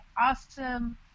awesome